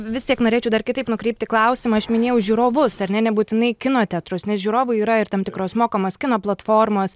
vis tiek norėčiau dar kitaip nukreipti klausimą aš minėjau žiūrovus ar ne nebūtinai kino teatrus nes žiūrovų yra ir tam tikros mokamos kino platformos